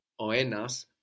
oenas